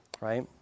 right